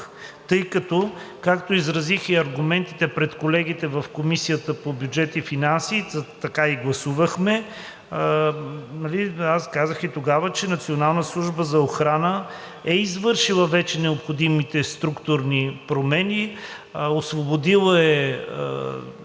тъй като, както изразих и аргументите пред колегите в Комисията по бюджет и финанси, така и гласувахме, аз казах и тогава, че Националната служба за охрана е извършила вече необходимите структурни промени – освободила е